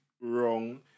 wrong